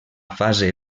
fase